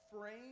frame